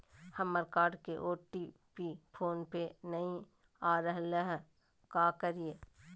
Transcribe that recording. हमर कार्ड के OTP phone पे नई आ रहलई हई, का करयई?